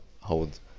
hold